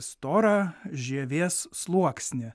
storą žievės sluoksnį